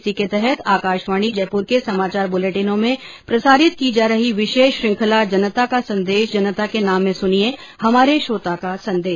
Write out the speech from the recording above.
इसी के तहत आकाशवाणी जयपुर के समाचार बुलेटिनों में प्रसारित की जा रही विशेष श्रृखंला जनता का संदेश जनता के नाम में सुनिये हमारे श्रोता का संदेश